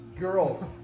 Girls